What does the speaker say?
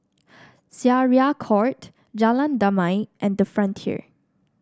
Syariah Court Jalan Damai and the Frontier